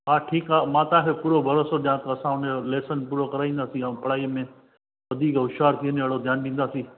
हा ठीकु आहे मां तव्हांखे पूरो भरोसो ॾिया थो असां उन जो लेसन पूरो कराईंदासीं ऐं पढ़ाईअ में वधीक होशियारु थी वञे अहिड़ो ध्यानु ॾींदासीं